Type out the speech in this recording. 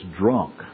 drunk